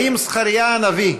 האם זכריה הנביא,